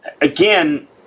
again